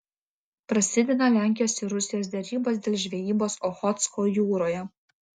prasideda lenkijos ir rusijos derybos dėl žvejybos ochotsko jūroje